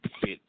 fit